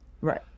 Right